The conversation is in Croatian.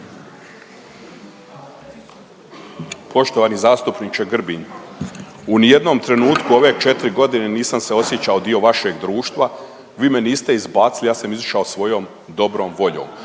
Poštovani zastupniče Grbin u ni jednom trenutku ove četiri godine nisam se osjećao dio vašeg društva, vi me niste izbacili, ja sam izišao svojom dobrom voljom